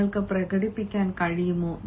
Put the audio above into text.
നിങ്ങൾക്ക് പ്രകടിപ്പിക്കാൻ കഴിയുമോ